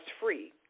free